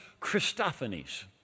Christophanies